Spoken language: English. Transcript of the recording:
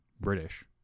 British